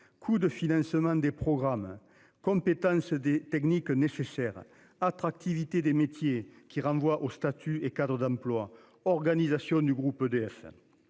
coût de financement des programmes compétence des techniques nécessaires. Attractivité des métiers qui renvoie au statut et Cadre d'emplois organisation du groupe EDF.